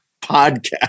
podcast